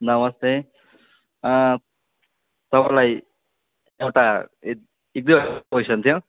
नमस्ते तपाईँलाई एउटा एक दुईवटा कोइसन थियो